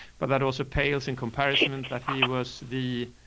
but that also pales in comparison that he was the.